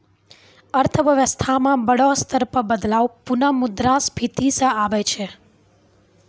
अर्थव्यवस्था म बड़ा स्तर पर बदलाव पुनः मुद्रा स्फीती स आबै छै